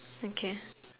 okay